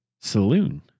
Saloon